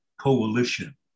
coalition